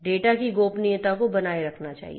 data की गोपनीयता को बनाए रखा जाना चाहिए